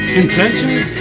intentions